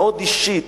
מאוד אישית,